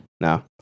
No